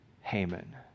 Haman